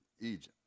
Egypt